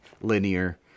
linear